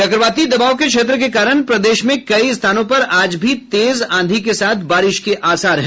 चक्रवाती दबाव के क्षेत्र के कारण प्रदेश में कई स्थानों पर आज भी तेज आंधी के साथ बारिश के आसार है